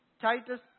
Titus